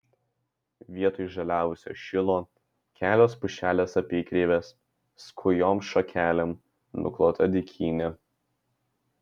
vietoj žaliavusio šilo kelios pušelės apykreivės skujom šakelėm nuklota dykynė